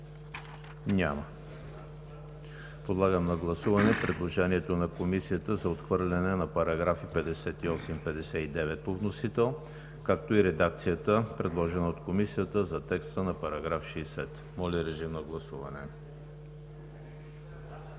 Няма. Подлагам на гласуване предложението на Комисията за отхвърляне на § 58 и § 59 по вносител, както и редакцията, предложена от Комисията за текста на § 60. Гласували